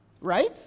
Right